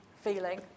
feeling